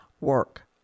work